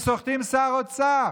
הן סוחטות שר אוצר,